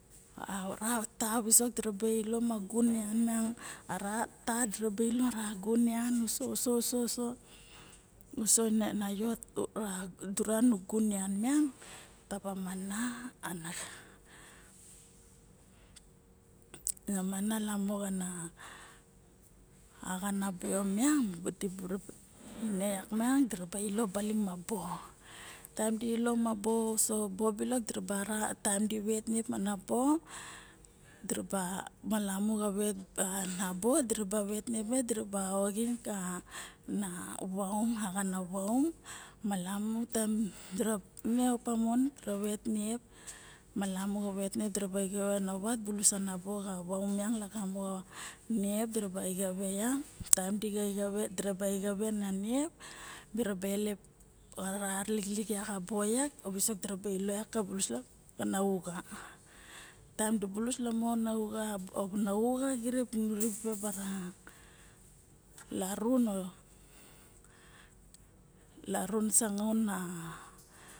A ra ta visok diarab ailo ma gun naina miang a ra ta diraba ilo uso uso uso na yot a dura na gun nian miang taba mana ana a mana lamo ya axana bio maing ma dibu ine yak miang dira ra ilo baling ma bo taem dilo ma bo uso ma bo milok diraba ra di vet niep mana bo diraba malamu xana vet bo diraba vet niep me ma diraba oing ka na vaum man vaxana vaum malamu taem diraba ma ine opa mon ma vvet niep malamu xa vet niep deraba exave na vat bulus anabo xana vaum miang lagamo xa niep diraba exave yak taem dira exeva na niep diraba elep a ra lixilik bo ya visok diraba ilo xa bulus ka uxa taem di bulus lamo xa uxa ana uxa xirip miraba bara larun o larun sangaun ma